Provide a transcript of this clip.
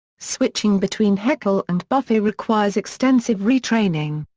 switching between heckel and buffet requires extensive retraining.